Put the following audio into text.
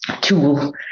tool